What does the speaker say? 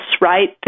right